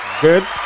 Good